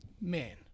Man